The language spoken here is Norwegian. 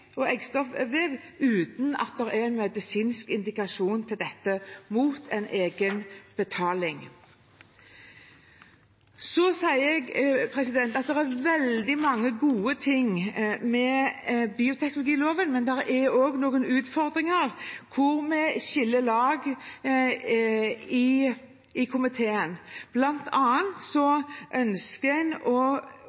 eggstokkvev også uten medisinsk indikasjon, mot egenbetaling. Så vil jeg si at det er veldig mange gode ting med bioteknologiloven, men det er også noen utfordringer der vi skiller lag i komiteen.